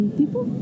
people